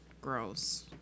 gross